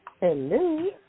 Hello